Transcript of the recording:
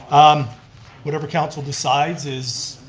um whatever council decides is,